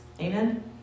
Amen